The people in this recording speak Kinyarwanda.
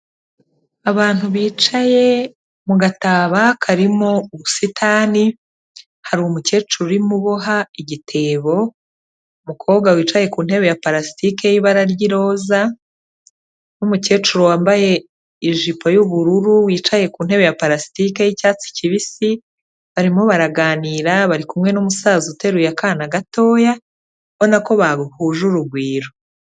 Abantu bicaye mu gataba karimo ubusitani, hari umukecuru urimo uboha igitebo, umukobwa wicaye ku ntebe ya parasitike y'ibara ry'iroza, n'umukecuru wambaye ijipo y'ubururu wicaye ku ntebe ya parasitiki y'icyatsi kibisi, barimo baraganira, bari kumwe n'umusaza uteruye akana gatoya, ubona ko bahuje urugwiro.